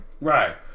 Right